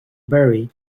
berry